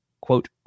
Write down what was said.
quote